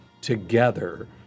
together